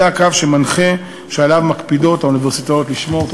זהו הקו המנחה שהאוניברסיטאות מקפידות לשמור עליו.